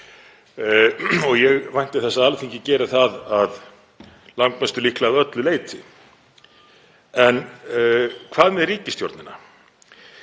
Ég vænti þess að Alþingi geri það að langmestu og líklega að öllu leyti. En hvað með ríkisstjórnina?